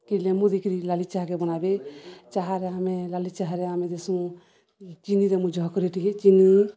କି ଲେମ୍ବୁ ଦେଇକିରି ଲାଲି ଚାହାକେ ବନାବେ ଚାହାରେ ଆମେ ଲାଲି ଚାହାରେ ଆମେ ଦେଶୁଁ ଚିନିରେ ମୁଁ ଝକରି ଟିକେ ଚିନି